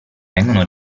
vengono